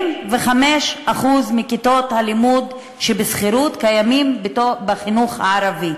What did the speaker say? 75% מכיתות הלימוד שבשכירות הן בחינוך הערבי.